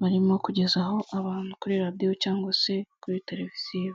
barimo kugeza aho abantu kuri radio cyangwa se kuri televiziyo.